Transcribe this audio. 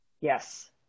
Yes